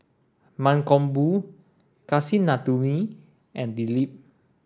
Mankombu Kasinadhuni and Dilip